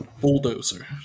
bulldozer